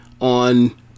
on